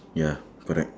ya correct